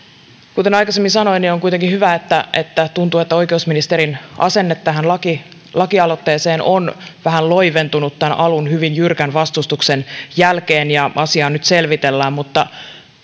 kuten aikaisemmin sanoin on on kuitenkin hyvä että että tuntuu että oikeusministerin asenne tähän lakialoitteeseen on vähän loiventunut alun hyvin jyrkän vastustuksen jälkeen ja asiaa nyt selvitellään mutta